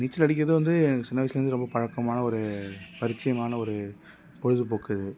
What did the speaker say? நீச்சல் அடிக்கிறது வந்து எனக்கு சின்ன வயசிலேருந்து ரொம்ப பழக்கமான ஒரு பரிச்சியமான ஒரு பொழுதுபோக்கு அது